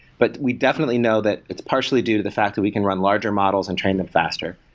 but we definitely know that it's partially due to the fact that we can run larger models and train them faster.